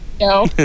No